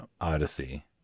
Odyssey